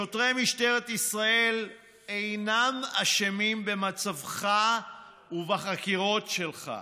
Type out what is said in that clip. שוטרי משטרת ישראל אינם אשמים במצבך ובחקירות שלך.